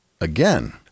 again